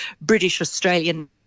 British-Australian